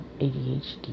ADHD